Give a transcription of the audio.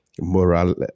moral